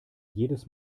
jedes